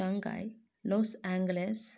Shanghai Los Angeles